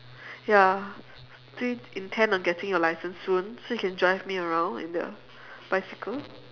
ya do you intend on getting your license soon so you can drive me around in the bicycle